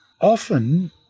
often